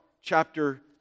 chapter